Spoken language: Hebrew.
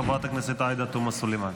חברת הכנסת עאידה תומא סלימאן.